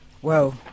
Whoa